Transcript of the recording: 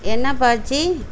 என்னாப்பா ஆச்சு